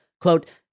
quote